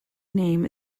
name